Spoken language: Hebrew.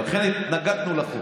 לכן התנגדנו לחוק.